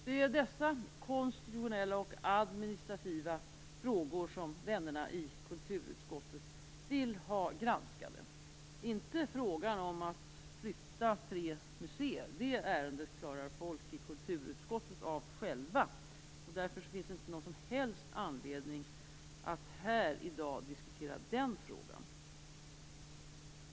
Det är dessa konstitutionella och administrativa frågor som vännerna i kulturutskottet vill ha granskade, inte frågan om att flytta tre museer. Det ärendet klarar folk i kulturutskottet av själva. Därför finns det inte någon som helst anledning att här i dag diskutera den frågan.